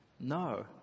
No